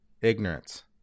Ignorance